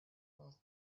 both